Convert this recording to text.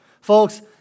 Folks